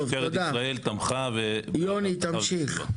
משטרת ישראל תמכה- -- יוני, תמשיך.